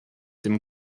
dem